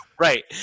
right